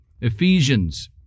Ephesians